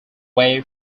way